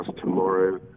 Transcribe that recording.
tomorrow